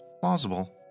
Plausible